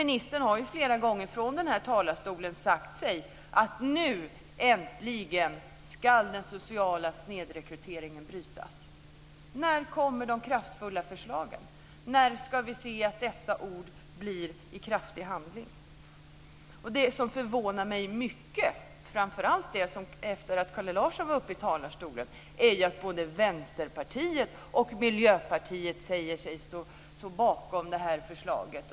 Ministern har flera gånger från den här talarstolen sagt att nu äntligen ska den sociala snedrekryteringen brytas. När kommer de kraftfulla förslagen? När ska vi se att dessa ord träder i kraft i handling? Det som förvånar mig mycket, framför allt efter det att Kalle Larsson var uppe i talarstolen, är att både Vänsterpartiet och Miljöpartiet säger sig stå bakom förslaget.